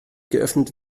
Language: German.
geöffnet